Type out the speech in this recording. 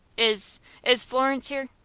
is is florence here?